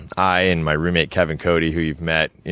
and i and my roommate, kevin cody, who you've met,